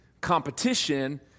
competition